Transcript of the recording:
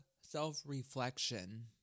self-reflection